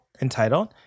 entitled